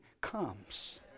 comes